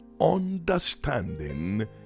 understanding